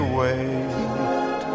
wait